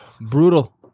Brutal